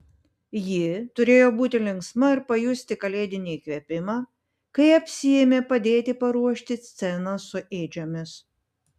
ji turėjo būti linksma ir pajusti kalėdinį įkvėpimą kai apsiėmė padėti paruošti sceną su ėdžiomis